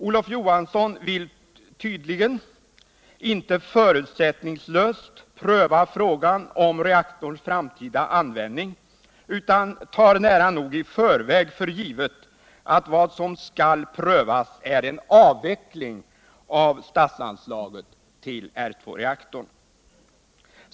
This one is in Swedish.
Olof Johansson vill tydligen inte förutsättningslöst pröva frågan om reaktorns framtida användning utan tar nära nog i förväg för givet att vad som skall prövas är en avveckling av statsanslaget till R 2 reaktorn.